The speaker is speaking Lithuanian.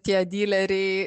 tie dileriai